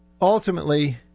ultimately